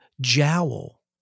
jowl